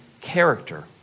character